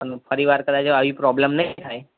પણ ફરી વાર કદાચ હવે આવી પ્રોબ્લેમ નહીં થાય